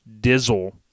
Dizzle